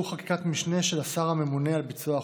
חקיקת משנה של השר הממונה על ביצוע החוק.